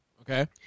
Okay